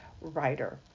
writer